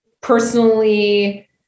personally